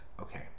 Okay